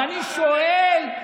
ואני שואל: